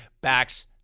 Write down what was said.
backs